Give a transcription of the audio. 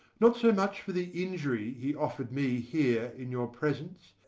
not so much for the injury he offered me here in your presence,